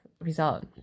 result